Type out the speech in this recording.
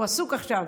הוא עסוק עכשיו,